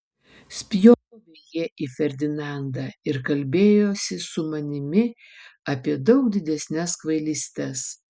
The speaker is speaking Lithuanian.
spjovė jie į ferdinandą ir kalbėjosi su manimi apie daug didesnes kvailystes